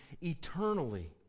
eternally